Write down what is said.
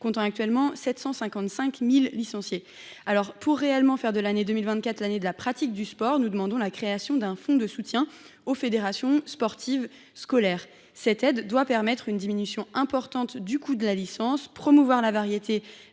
compte actuellement 755 000 licenciés et en a perdu 120 000. Pour réellement faire de 2024 l’année de la pratique du sport, nous demandons la création d’un fonds de soutien aux fédérations sportives scolaires. Cette aide doit permettre de diminuer de façon importante le coût de la licence, de promouvoir la variété des sports et